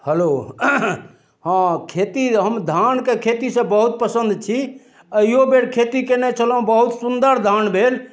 hello हँ खेती हम धानके खेतीसँ बहुत प्रसन्न छी अहियो बेर खेती कयने छलहुॅं बहुत सुन्दर धान भेल